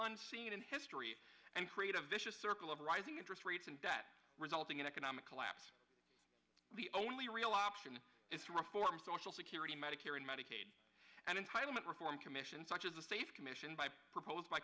unseen in history and create a vicious circle of rising interest rates and debt resulting in economic collapse the only real option is to reform social security medicare and medicaid and entitlement reform commission such as the safe commission by propose